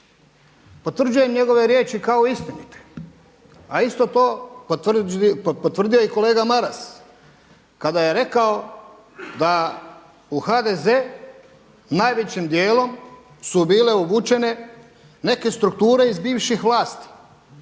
Potvrđujem njegove riječi kao istinite, a isto to potvrdio je i kolega Maras kada je rekao da u HDZ-u najvećim djelom su bile uvučene neke strukture iz bivših vlasti